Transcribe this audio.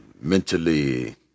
mentally